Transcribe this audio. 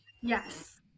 Yes